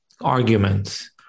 arguments